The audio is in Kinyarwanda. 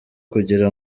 kugira